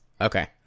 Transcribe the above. Okay